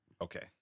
Okay